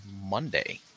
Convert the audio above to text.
monday